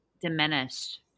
diminished